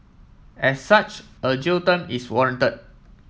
as such a jail term is warranted